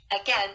again